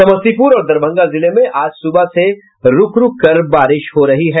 समस्तीपुर और दरभंगा जिले में आज सुबह से रूक रूक कर बारिश हो रही है